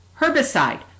Herbicide